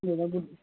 ꯑꯗꯨꯗꯨꯅ ꯑꯗꯨꯝ